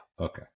Okay